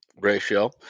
ratio